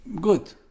good